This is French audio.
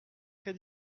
très